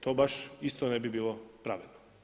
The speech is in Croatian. To baš isto ne bi bilo pravo.